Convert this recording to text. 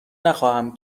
نخواهم